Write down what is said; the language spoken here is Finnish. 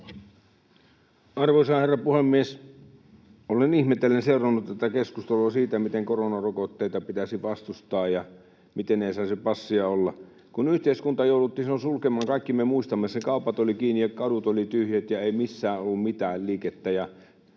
Arvoisa herra puhemies! Olen ihmetellen seurannut tätä keskustelua, miten koronarokotteita pitäisi vastustaa ja miten ei saisi passia olla. Kaikki me muistamme, kun yhteiskunta jouduttiin silloin sulkemaan: kaupat olivat kiinni, kadut olivat tyhjät, ei missään ollut mitään liikettä,